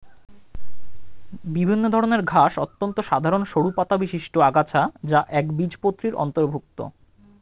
বিভিন্ন ধরনের ঘাস অত্যন্ত সাধারণ সরু পাতাবিশিষ্ট আগাছা যা একবীজপত্রীর অন্তর্ভুক্ত